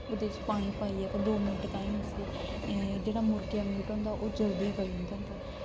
ते ओह्दे च पानी पाइयै दौ मिंट ताहीं उसी जेह्ड़ा मुर्गें दा मीट होंदा ओह् जल्दी गली जंदी